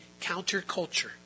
counterculture